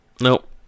Nope